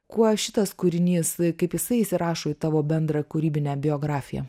kuo šitas kūrinys kaip jisai įsirašo į tavo bendrą kūrybinę biografiją